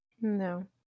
No